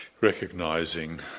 recognizing